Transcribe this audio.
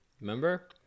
Remember